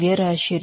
mass flow rate